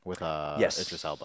Yes